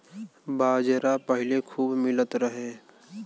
बाजरा पहिले खूबे मिलत रहे